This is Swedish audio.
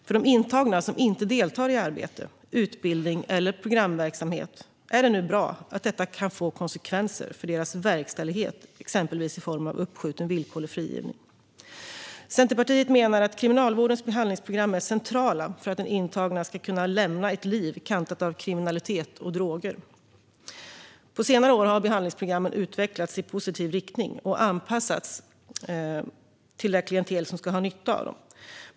För de intagna som inte deltar i arbete, utbildning eller programverksamhet är det nu bra att detta kan få konsekvenser för deras verkställighet, exempelvis i form av uppskjuten villkorlig frigivning. Centerpartiet menar att Kriminalvårdens behandlingsprogram är centrala för att den intagne ska kunna lämna ett liv kantat av kriminalitet och droger. På senare år har behandlingsprogrammen utvecklats i positiv riktning och anpassats till det klientel som ska ha nytta av dem.